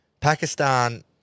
Pakistan